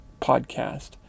podcast